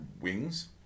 Wings